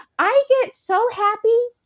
i get so happy,